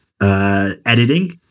Editing